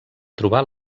trobar